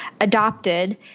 adopted